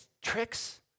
tricks